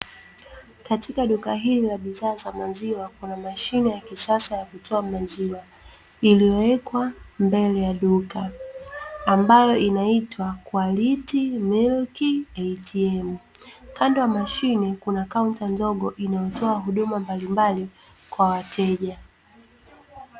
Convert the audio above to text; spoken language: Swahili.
Katika duka hili la bidhaa za maziwa kuna mashine ya kisasa ya kutoa maziwa iliyowekwa mbele ya duka, ambayo inaitwa QUALITY MILK ATM. Kando ya mashine kuna kaunta ndogo inayotoa huduma mbalimbali kwa wateja.